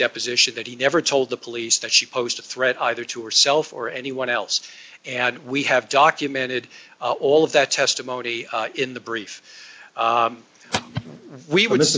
deposition that he never told the police that she posed a threat either to herself or anyone else and we have documented all of that testimony in the brief we were